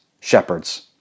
shepherds